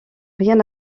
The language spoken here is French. rien